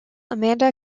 amanda